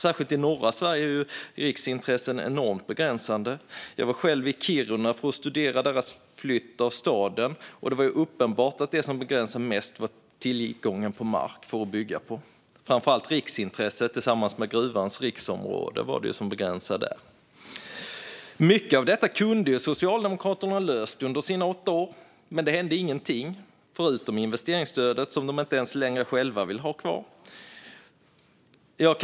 Särskilt i norra Sverige är riksintressen enormt begränsande. Jag var i Kiruna för att studera flytten av staden, och det var uppenbart att det som begränsade byggandet mest var tillgången på mark. Det var framför allt riksintressen tillsammans med gruvans riskområde som begränsade den. Mycket av detta kunde Socialdemokraterna ha löst under sina åtta år, men ingenting hände förutom att de införde investeringsstödet, som de inte ens själva vill ha kvar längre.